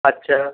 আচ্ছা